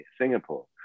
Singapore